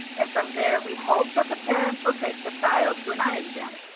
and from there we hope that the parents will take the child to an eye exam.